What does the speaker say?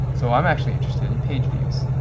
so i'm actually interested in page views.